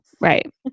Right